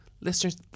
Listeners